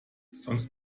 sonst